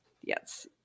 Yes